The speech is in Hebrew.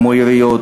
כמו עיריות,